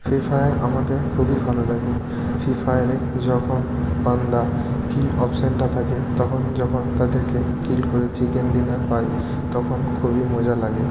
free Fire আমাকে খুবই ভালো লাগে ফ্রি ফায়ারে যখন বান্দা কিল অপশনটা থাকে তখন যখন তাদেরকে কিল করে চিকেন ডিনার পাই তখন খুবই মজা লাগে